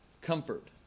Comfort